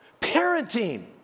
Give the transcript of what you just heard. Parenting